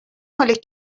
مال